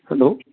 hello